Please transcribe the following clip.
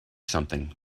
something